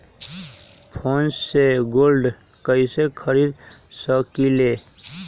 Phone पे से gold कईसे खरीद सकीले?